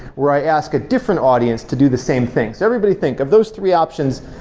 where i ask a different audience to do the same thing. everybody think, of those three options,